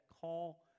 call